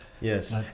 yes